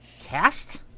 Cast